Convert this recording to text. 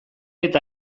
eta